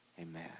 Amen